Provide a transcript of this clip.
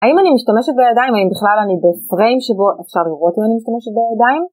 האם אני משתמשת בידיים? האם בכלל אני בפריים שבו אפשר לראות אם אני משתמשת בידיים?